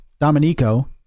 Dominico